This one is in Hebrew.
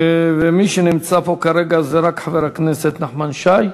מי שנמצא פה כרגע זה רק חבר הכנסת נחמן שי,